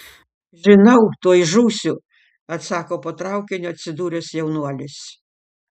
žinau tuoj žūsiu atsako po traukiniu atsidūręs jaunuolis